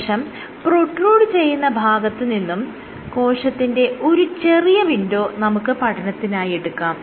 കോശം പ്രോട്രൂഡ് ചെയ്യുന്ന ഭാഗത്ത് നിന്നും കോശത്തിന്റെ ഒരു ചെറിയ വിൻഡോ നമുക്ക് പഠനത്തിനായെടുക്കാം